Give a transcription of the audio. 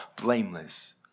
blameless